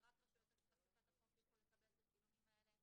רק רשויות אכיפת החוק יהיו רשאיות לקבל את הצילומים האלה,